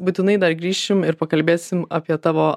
būtinai dar grįšim ir pakalbėsim apie tavo